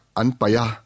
anpaya